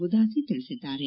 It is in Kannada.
ಉದಾಸಿ ತಿಳಿಸಿದ್ದಾರೆ